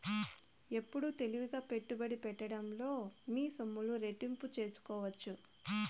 ఎప్పుడు తెలివిగా పెట్టుబడి పెట్టడంలో మీ సొమ్ములు రెట్టింపు సేసుకోవచ్చు